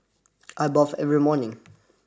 I bath every morning